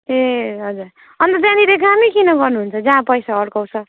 ए हजुर अन्त त्यहाँनिर कामै किन गर्नुहुन्छ जहाँ पैसा अढ्काउँछ